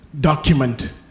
document